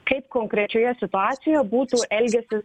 kaip konkrečioje situacijoje būtų elgęsis